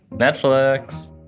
netflix!